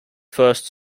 first